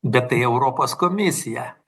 bet tai europos komisija